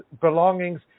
belongings